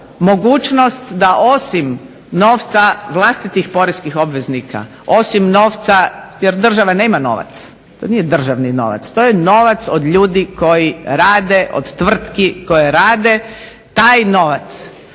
mogućnost da osim novca vlastitih poreskih obveznika osim novca jer država nema novac, to nije državni novac, to je novac od ljudi koji rade, od tvrtki koje rade. Taj novac